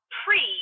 pre